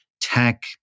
tech